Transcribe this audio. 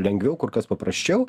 lengviau kur kas paprasčiau